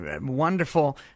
wonderful